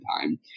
time